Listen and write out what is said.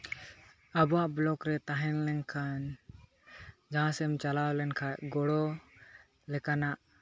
ᱟᱵᱚᱣᱟᱜ ᱵᱞᱚᱠ ᱨᱮ ᱛᱟᱦᱮᱸ ᱞᱮᱱᱠᱷᱟᱱ ᱡᱟᱦᱟᱸ ᱥᱮᱫ ᱮᱢ ᱪᱟᱞᱟᱣ ᱞᱮᱱᱠᱷᱟᱱ ᱜᱚᱲᱚ ᱞᱮᱠᱟᱱᱟᱜ